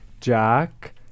Jack